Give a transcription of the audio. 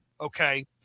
Okay